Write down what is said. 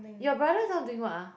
your brother now doing what ah